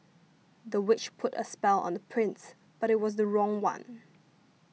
the witch put a spell on the prince but it was the wrong one